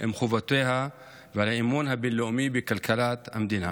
עם חובותיה ועם האמון הבין-לאומי בכלכלת המדינה.